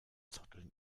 zotteln